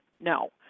No